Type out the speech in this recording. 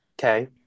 Okay